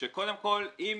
שקודם כול אם